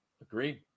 Agreed